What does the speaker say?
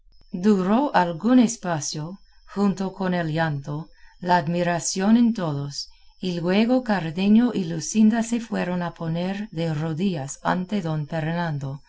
duró algún espacio junto con el llanto la admiración en todos y luego cardenio y luscinda se fueron a poner de rodillas ante don fernando